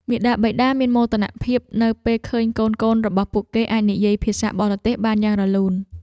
មាតាបិតាមានមោទនភាពនៅពេលឃើញកូនៗរបស់ពួកគេអាចនិយាយភាសាបរទេសបានយ៉ាងរលូន។